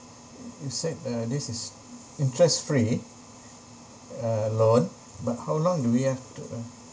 you said uh this is interest free uh loan but how long do we have to uh